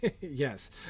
Yes